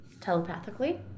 telepathically